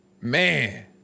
Man